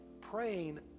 praying